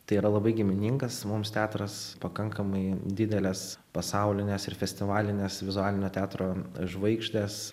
tai yra labai giminingas mums teatras pakankamai didelės pasaulinės ir festivalinės vizualinio teatro žvaigždės